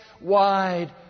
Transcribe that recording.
wide